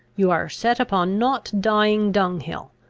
you are set upon not dying dunghill.